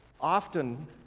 often